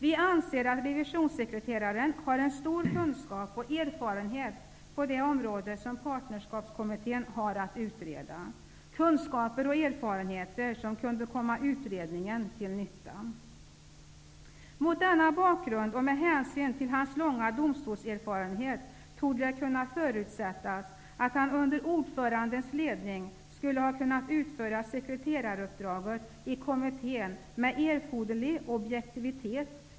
Vi anser att revisionssekreteraren har en stor kunskap och erfarenhet på det område som Partnerskapskommittén har att utreda. Det är kunskaper och erfarenheter som kan vara utredningen till nytta. Mot denna bakgrund och med hänsyn till hans långa domstolserfarenhet torde det kunna förutsättas att han under ordförandens ledning skulle ha kunnat utföra sekreteraruppdraget i kommittén med erforderlig objektivitet.